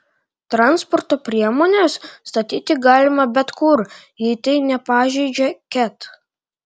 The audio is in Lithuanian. transporto priemones statyti galima bet kur jei tai nepažeidžia ket